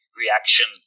reaction